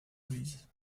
breeze